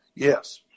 Yes